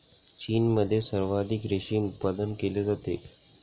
चीनमध्ये सर्वाधिक रेशीम उत्पादन केले जाते